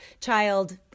child